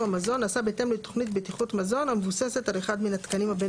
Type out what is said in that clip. המזון נעשה בהתאם לתכנית בטיחות מזון המבוססת על אחד מן התקנים הבין